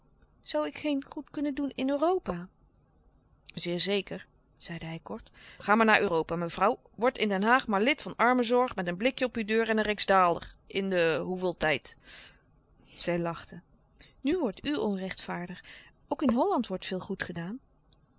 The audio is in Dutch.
zoû ik geen goed kunnen doen in europa zeer zeker zeide hij kort ga maar naar europa mevrouw word in den haag maar lid van armenzorg met een blikje op uw deur en een rijksdaalder in den hoeveel tijd zij lachte nu wordt u onrechtvaardig ook in holland wordt veel goed gedaan